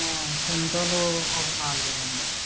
సిన్తోల్ ఒక నాలుగు వెయ్యండి